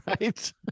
Right